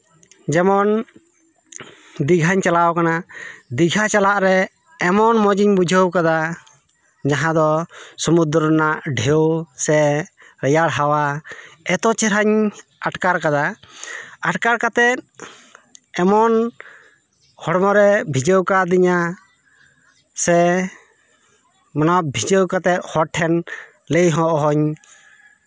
ᱡᱮᱢᱚᱱ ᱫᱤᱜᱷᱟᱧ ᱪᱟᱞᱟᱣ ᱠᱟᱱᱟ ᱫᱤᱜᱷᱟ ᱪᱟᱞᱟᱜ ᱨᱮ ᱮᱢᱚᱱ ᱢᱚᱡᱤᱧ ᱵᱩᱡᱷᱟᱹᱣ ᱠᱟᱫᱟ ᱡᱟᱦᱟᱸ ᱫᱚ ᱥᱚᱢᱩᱫᱨᱚ ᱨᱮᱱᱟᱜ ᱰᱷᱮᱣ ᱥᱮ ᱨᱮᱭᱟᱲ ᱦᱟᱣᱟ ᱮᱛᱚ ᱪᱮᱦᱨᱟᱧ ᱟᱴᱠᱟᱨ ᱠᱟᱫᱟ ᱟᱴᱠᱟᱨ ᱠᱟᱛᱮᱫ ᱮᱢᱚᱱ ᱦᱚᱲᱢᱚ ᱨᱮ ᱵᱷᱤᱡᱟᱹᱣ ᱠᱟᱣᱫᱤᱧᱟ ᱥᱮ ᱚᱱᱟ ᱵᱷᱤᱡᱟᱹᱣ ᱠᱟᱛᱮᱫ ᱦᱚᱲ ᱴᱷᱮᱱ ᱞᱟᱹᱭ ᱦᱚᱸ ᱚᱦᱚᱧ